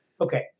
Okay